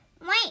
Wait